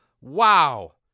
Wow